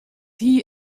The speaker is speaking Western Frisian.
hie